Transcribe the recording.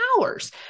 hours